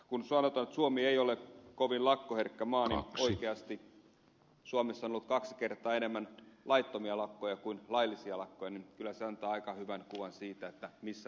sanotaan että suomi ei ole kovin lakkoherkkä maa mutta kun oikeasti suomessa on ollut kaksi kertaa enemmän laittomia lakkoja kuin laillisia lakkoja niin kyllä se antaa aika hyvän kuvan siitä missä me olemme